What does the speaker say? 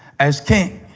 as king.